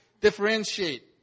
differentiate